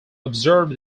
observe